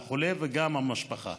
לחולה וגם למשפחה.